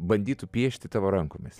bandytų piešti tavo rankomis